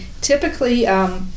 typically